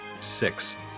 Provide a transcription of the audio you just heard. six